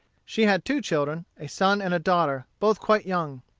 she had two children, a son and a daughter, both quite young.